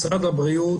משרד הבריאות